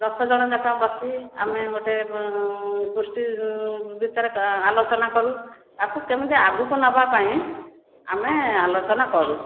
ଦଶଜଣଯାକ ବସି ଆମେ ଗୋଟିଏ ଗୋଷ୍ଠୀ ଭିତରେ ଆଲୋଚନା କରୁ ଏହାକୁ କେମିତି ଆଗକୁ ନେବା ପାଇଁ ଆମେ ଆଲୋଚନା କରୁ